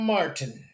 Martin